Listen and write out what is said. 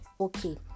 okay